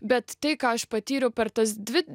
bet tai ką aš patyriau per tas dvi